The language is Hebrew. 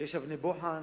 יש אבני בוחן,